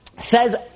says